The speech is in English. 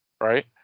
Right